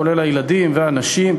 כולל הילדים והנשים.